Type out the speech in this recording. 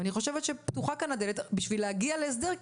פתוחה כאן הדלת כדי להגיע להסדר,